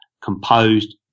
composed